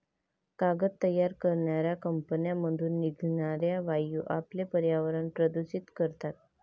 कागद तयार करणाऱ्या कंपन्यांमधून निघणारे वायू आपले पर्यावरण प्रदूषित करतात